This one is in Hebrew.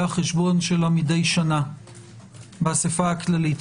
החשבון שלה מדי שננה באסיפה הכללית.